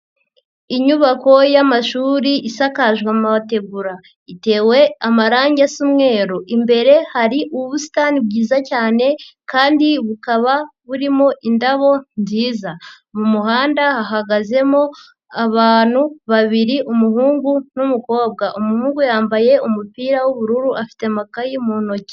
Inyubako y'amashuri isakajwe mategura, itewe amarangi asa umweru, imbere hari ubusitani bwiza cyane kandi bukaba burimo indabo nziza, mu muhanda hahagazemo abantu babiri umuhungu n'umukobwa, umuhungu yambaye umupira w'ubururu afite amakayi mu ntoki.